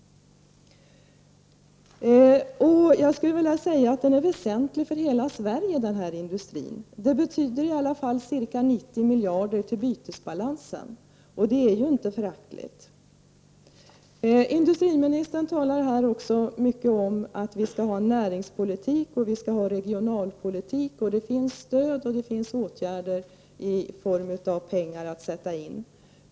Jag skulle vilja säga att denna industri är väsentlig för hela Sverige. Den ger ändå ca 90 miljarder kronor till bytesbalansen. Det är ju inte föraktligt. Industriministern talade mycket om att vi skall ha en näringspolitik och en regionalpolitik och att det finns pengar i form av stöd och åtgärder att sätta in.